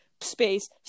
space